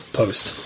post